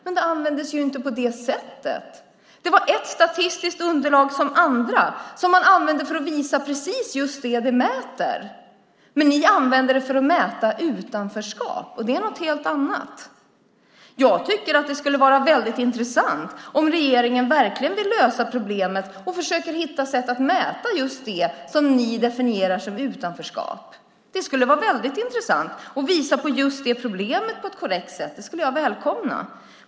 Men det användes inte på det sättet. Det var ett statistiskt underlag bland andra som användes för att visa precis just det det mäter, men ni använder det för att mäta utanförskap. Det är något helt annat. Jag tycker att det skulle vara väldigt intressant om regeringen verkligen vill lösa problemet och försöka hitta sätt att mäta just det ni definierar som utanförskap. Det skulle vara väldigt intressant att visa på just det problemet på ett korrekt sätt. Det skulle jag välkomna.